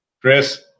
Chris